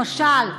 למשל,